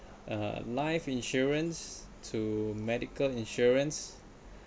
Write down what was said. uh life insurance to medical insurance